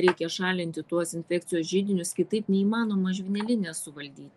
reikia šalinti tuos infekcijos židinius kitaip neįmanoma žvynelinės suvaldyti